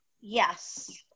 Yes